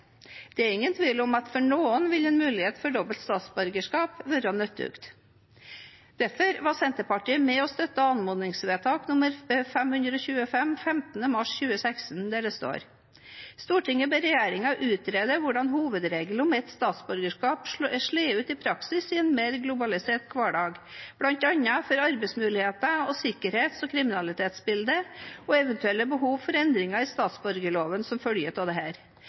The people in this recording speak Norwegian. Det er ingen tvil om at for noen vil en mulighet for dobbelt statsborgerskap være nyttig. Derfor var Senterpartiet med på å støtte anmodningsvedtak nr. 525 av 15. mars 2016, der det står «Stortinget ber regjeringen utrede hvordan hovedregelen om ett statsborgerskap slår ut i praksis i en mer globalisert hverdag, blant annet for arbeidsmuligheter og sikkerhets- og kriminalitetsbildet, og eventuelle behov for endringer i statsborgerloven som følge av